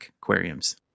aquariums